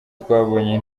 twabonye